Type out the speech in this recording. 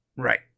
Right